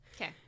Okay